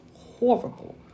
horrible